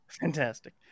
fantastic